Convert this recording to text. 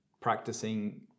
practicing